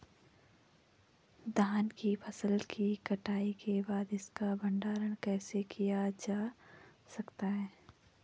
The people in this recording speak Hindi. धान की फसल की कटाई के बाद इसका भंडारण कैसे किया जा सकता है?